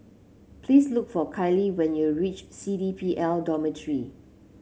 please look for Kailee when you reach C D P L Dormitory